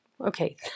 okay